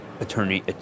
Attorney